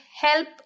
help